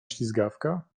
ślizgawka